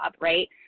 right